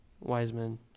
Wiseman